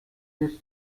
this